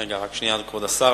רגע, רק שנייה, כבוד השר.